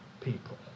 people